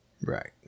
Right